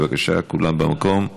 בבקשה, כולם במקום.